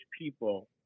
people